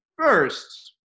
First